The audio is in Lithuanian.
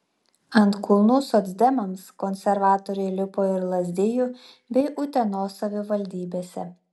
ant kulnų socdemams konservatoriai lipo ir lazdijų bei utenos savivaldybėse